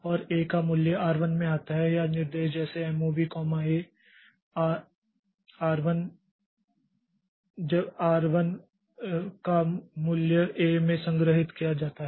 और A का मूल्य R 1 में आता है या निर्देश जैसे एमओवी A ए आर 1 जब आर 1 का मूल्य ए में संग्रहीत किया जाता है